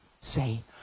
say